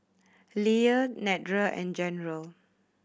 Leah Nedra and General